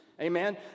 Amen